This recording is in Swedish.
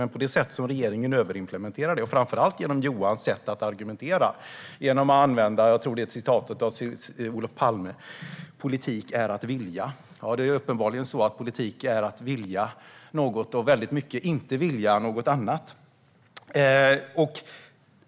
Men regeringen överimplementerar det hela, vilket även syns i Johans sätt att argumentera då han använder ett citat av, tror jag, Olof Palme. "Politik är att vilja." Ja, politik är uppenbarligen att vilja något - och också att inte vilja något annat.